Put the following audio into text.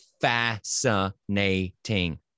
fascinating